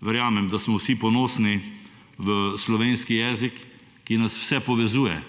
Verjamem, da smo vsi ponosni v slovenski jezik, ki nas vse povezuje